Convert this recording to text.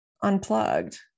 unplugged